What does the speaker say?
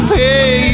pay